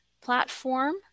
platform